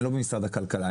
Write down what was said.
אני לא במשרד הכלכלה.